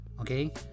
okay